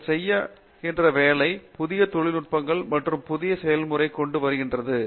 நீங்கள் செய்கிற வேலை புதிய தொழில் நுட்பங்கல் மற்றும் புதிய செயல்முறை கொண்டு வருகின்றது